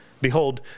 behold